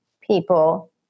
people